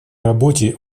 работе